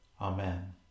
Amen